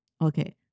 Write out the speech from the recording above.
okay